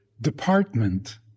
department